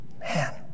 Man